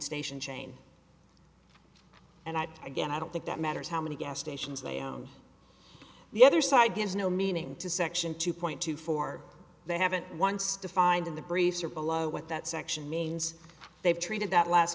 station chain and again i don't think that matters how many gas stations they own the other side gives no meaning to section two point two four they haven't once defined in the briefs or below what that section means they've treated that last